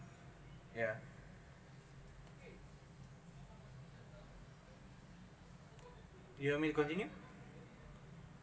yeah you want me to continue